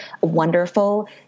wonderful